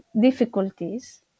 difficulties